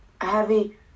Heavy